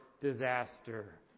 disaster